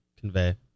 convey